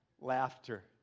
Laughter